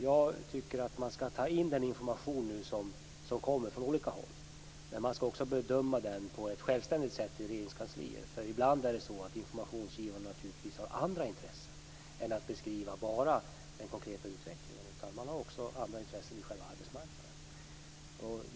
Jag tycker att man skall ta in den information som nu kommer från olika håll. Men man skall också bedöma den på ett självständigt sätt i Regeringskansliet. Ibland har naturligtvis informationsgivarna andra intressen än att beskriva bara den konkreta utvecklingen. Man har också intressen i själva arbetsmarknaden.